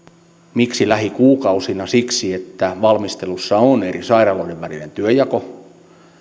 miksi lähikuukausina siksi että valmistelussa on eri sairaaloiden välinen työnjako